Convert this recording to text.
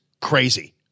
crazy